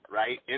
right